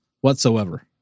whatsoever